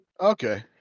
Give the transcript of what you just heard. Okay